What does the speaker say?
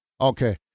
okay